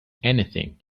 anything